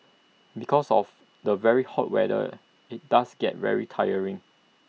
because of the very hot weather IT does get very tiring